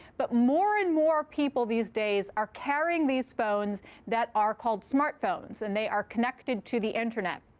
but more and more people these days are carrying these phones that are called smartphones. and they are connected to the internet.